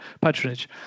patronage